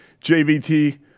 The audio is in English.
JVT